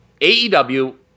AEW